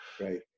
right